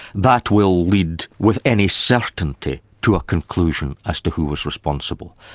that will lead with any certainty to a conclusion as to who was responsible.